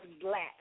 black